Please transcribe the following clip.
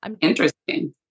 interesting